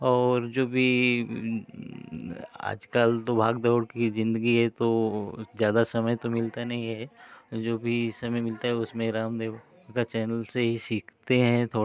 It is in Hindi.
और जो भी आजकल तो भाग दौड़ की ज़िन्दगी है तो ज़्यादा समय तो मिलता नहीं है जो भी समय मिलता है उस में रामदेव का चैनल से ही सीखते हैं थोड़ा